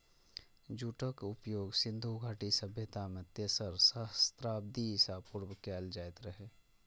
जूटक उपयोग सिंधु घाटी सभ्यता मे तेसर सहस्त्राब्दी ईसा पूर्व कैल जाइत रहै